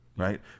Right